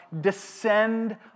descend